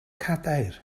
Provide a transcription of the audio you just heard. cadair